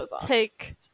take